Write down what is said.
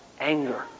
anger